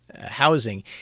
housing